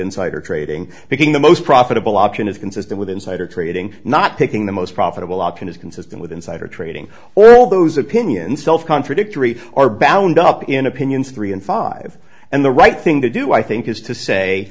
insider trading becoming the most profitable option is consistent with insider trading not picking the most profitable option is consistent with insider trading or all those opinions self contradictory are bound up in opinions three and fall i've and the right thing to do i think is to say